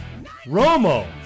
Romo